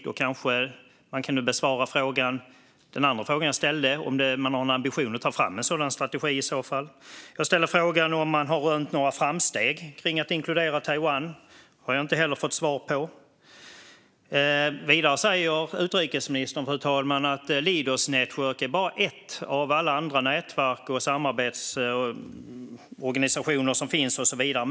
Då kanske hon kan besvara den andra frågan som jag ställde, om man har en ambition att ta fram en sådan strategi i så fall. Jag ställde också frågan om man har rönt några framsteg kring att inkludera Taiwan. Det har jag inte heller fått svar på. Vidare säger utrikesministern att the Leaders Network bara är ett av alla andra nätverk och samarbetsorganisationer som finns och så vidare.